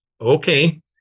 Okay